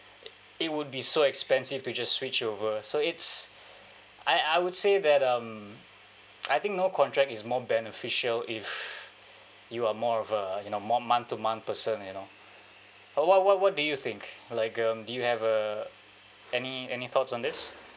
it would be so expensive to just switch over so it's I I would say that um I think no contract is more beneficial if you are more of a you know more month to month person you know what what what do you think like um do you have uh any any thoughts on this